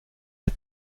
der